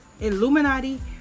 Illuminati